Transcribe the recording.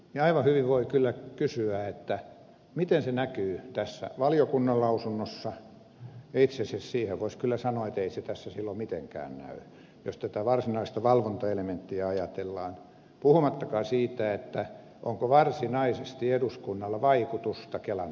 aivan hyvin voi kyllä kysyä miten se näkyy tässä valiokunnan lausunnossa ja itse asiassa siihen voisi kyllä sanoa että ei se tässä mitenkään näy jos tätä varsinaista valvontaelementtiä ajatellaan puhumattakaan siitä onko varsinaisesti eduskunnalla vaikutusta kelan toimintaan